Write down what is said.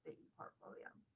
portfolio.